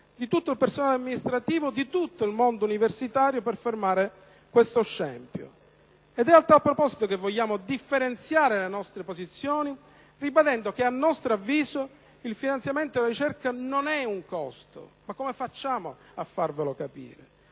del personale amministrativo, di tutto il mondo universitario per fermare questo scempio. È a tal proposito che vogliamo differenziare le nostre posizioni, ribadendo che - a nostro avviso - il finanziamento alla ricerca non è un costo - come facciamo a farvelo capire?